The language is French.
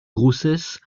grossesses